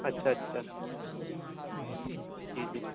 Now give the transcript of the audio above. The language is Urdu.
اچھا اچھا او ماں جی جی